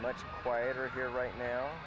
much quieter here right now